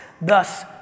thus